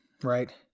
Right